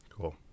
Cool